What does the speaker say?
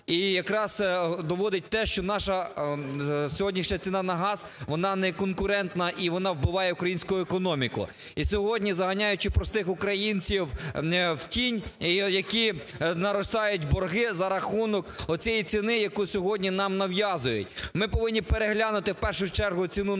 І якраз доводить те, що наша сьогоднішня ціна на газ, вона неконкурентна і вона вбиває українську економіку. І сьогодні, заганяючи простих українців в тінь, які наростають борги за рахунок оцієї ціни, яку сьогодні нам нав'язують. Ми повинні переглянути, в першу чергу, ціну на газ,